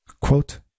Quote